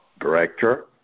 director